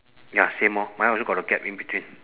ya same orh mine also got the gap in between